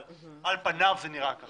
אבל על פניו זה נראה